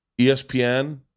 ESPN